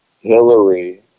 Hillary